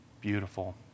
beautiful